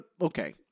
okay